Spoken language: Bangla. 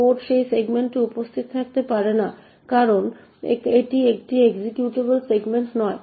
কোড সেই সেগমেন্টে উপস্থিত থাকতে পারে না কারণ এটি একটি এক্সিকিউটেবল সেগমেন্ট নয়